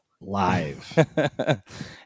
live